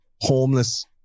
Homeless